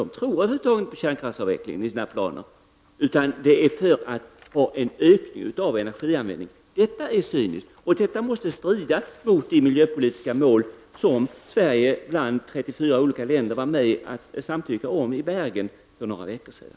De tror över huvud taget inte på kärnkraftsavvecklingen i sina planer. Det är för att få en ökning av energianvändningen man vill göra detta. Detta är cyniskt, och det måste strida mot de miljöpolitiska mål som Sverige bland 34 olika länder var med om att samtycka till i Bergen för några veckor sedan.